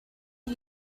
are